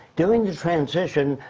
during the transition,